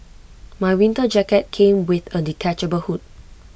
my winter jacket came with A detachable hood